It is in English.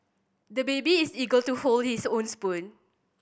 the baby is eager to hold his own spoon